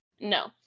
No